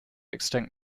extinct